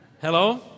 Hello